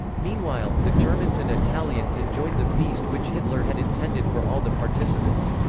meanwhile, the germans and italians enjoyed the feast which hitler had intended for all the participants.